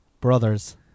Brothers